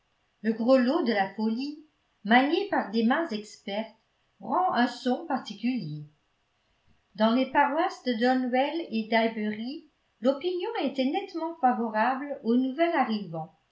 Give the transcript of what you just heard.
le grelot de la folie manié par des mains expertes rend un son particulier dans les paroisses de donwell et d'highbury l'opinion était nettement favorable au nouvel arrivant